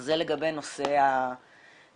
זה לגבי נושא התוספת